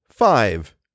five